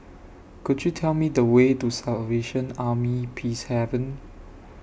Could YOU Tell Me The Way to Salvation Army Peacehaven